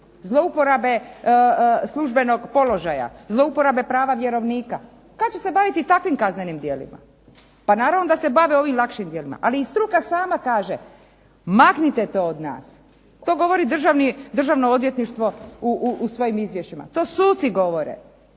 zlouporabe službenog položaja, zlouporabe prava vjerovnika. Kad će se baviti takvim kaznenim djelima? Pa naravno da se bave ovim lakšim djelima, ali i struka sama kaže maknite to od nas. To govori državni, Državno odvjetništvo u svojim izvješćima, to suci govore